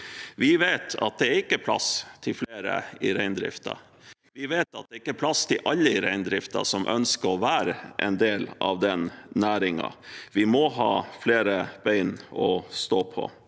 Vi vet at det ikke er plass til flere i reindriften. Vi vet at det ikke er plass i reindriften til alle som ønsker å være en del av den næringen. Vi må ha flere bein å stå på.